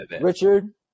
Richard